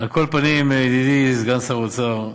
על כל פנים, ידידי סגן שר האוצר,